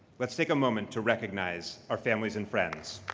let's take a moment to recognize our families and friends.